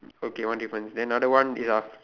okay one difference then another one is uh